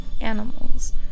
animals